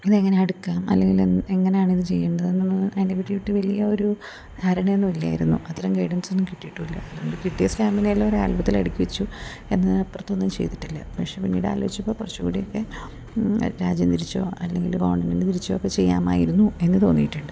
ഇതെങ്ങനെ അടുക്കാം അല്ലെങ്കിൽ എങ്ങനെയാണ് ഇത് ചെയ്യേണ്ടതെന്നുള്ള അതിനെപ്പറ്റിയിട്ട് വലിയ ഒരു ധാരണ ഒന്നും ഇല്ലായിരുന്നു അത്രയും ഗൈഡൻസൊന്നും കിട്ടിയിട്ടും ഇല്ല അതുകൊണ്ട് കിട്ടിയ സ്റ്റാമ്പിനെ എല്ലാം ഒരു ആൽബത്തിൽ അടുക്കി വെച്ചു എന്നാൽ അപ്പുറത്തൊന്നും ചെയ്തിട്ടില്ല പക്ഷെ പിന്നീട് ആലോചിച്ചപ്പോൾ കുറച്ചുകൂടിയൊക്കെ രാജ്യം തിരിച്ചോ അല്ലെങ്കിൽ ഗവൺമെൻ്റ് തിരിച്ചോ ഒക്കെ ചെയ്യാമായിരുന്നു എന്നു തോന്നിയിട്ടുണ്ട്